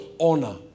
Honor